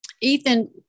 Ethan